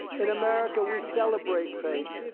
in america, we celebrate faith,